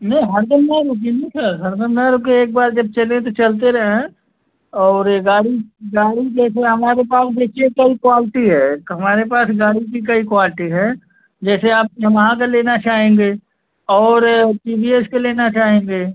ने हर दम न रुकिए न सर हर दम न रुके एक बार जब चले तो चलते रहें और ये गाड़ी गाड़ी जैसे हमारे पास देखिए कई क्वालटी है हमारे पास गाड़ी की कई क्वालटी है जैसे आप यमाहा का लेना चाहेंगे और टी वी एस के लेना चाहेंगे